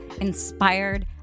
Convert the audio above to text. inspired